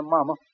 Mama